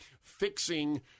fixing